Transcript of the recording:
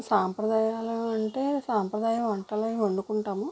సాంప్రదాయాలు అంటే సాంప్రదాయ వంటలు అవి వండుకుంటాము